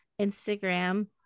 instagram